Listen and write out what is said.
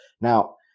Now